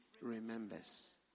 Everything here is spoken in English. remembers